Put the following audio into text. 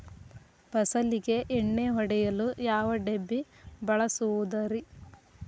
ಫಸಲಿಗೆ ಎಣ್ಣೆ ಹೊಡೆಯಲು ಯಾವ ಡಬ್ಬಿ ಬಳಸುವುದರಿ?